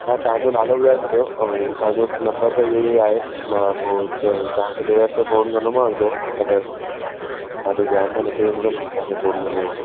तव्हां तव्हांजो नालो ॿुधाए छॾियो ऐं तव्हांजो नंबर त इहो ई आहे मां पोइ त तव्हांखे ॿिए हफ़्ते फ़ोन कंदोमांव जो अगरि तव्हांजो ध्यानु तां निकिरी वेंदो त मां तव्हांखे फ़ोन कंदोमांव